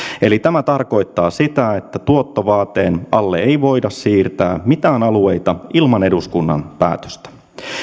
eli tämä tarkoittaa sitä että tuottovaateen alle ei voida siirtää mitään alueita ilman eduskunnan päätöstä